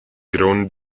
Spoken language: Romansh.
grond